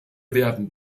werden